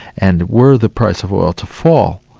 and were the price of oil to fall,